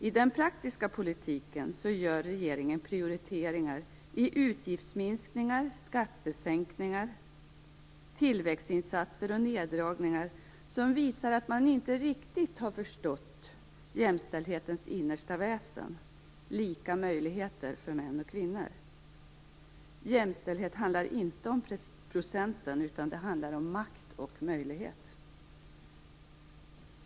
I den praktiska politiken gör regeringen prioriteringar, i utgiftsminskningar, skattesänkningar, tillväxtinsatser och neddragningar, som visar att man inte riktigt har förstått jämställdhetens innersta väsen - lika möjligheter för kvinnor och män. Jämställdhet handlar inte om procent utan om makt och möjlighet.